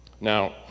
Now